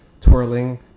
twirling